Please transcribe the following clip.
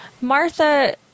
Martha